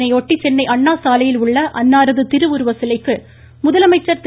இதனையொட்டி சென்னை அண்ணாசாலையில் உள்ள அன்னாரது திருவுருவச் சிலைக்கு முதலமைச்சர் திரு